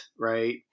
right